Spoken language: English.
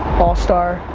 all star,